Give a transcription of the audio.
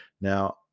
Now